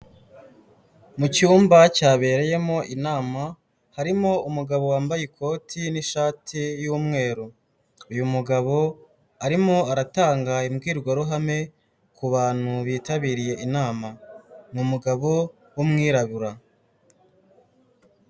Mu cyumba cyabereyemo inama harimo umugabo wambaye ikoti n'ishati y'umweru, uyu mugabo arimo aratanga imbwirwaruhame ku bantu bitabiriye inama, ni umugabo w'umwirabura.